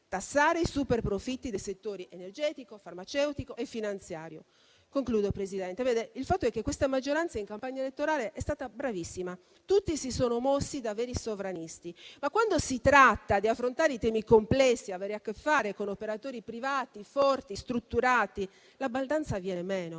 tassare i superprofitti dei settori energetico, farmaceutico e finanziario. In conclusione, signor Presidente, il fatto è che questa maggioranza in campagna elettorale è stata bravissima, tutti si sono mossi da veri sovranisti, ma quando si tratta di affrontare i temi complessi e di avere a che fare con operatori privati forti e strutturati la baldanza viene meno